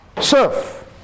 serve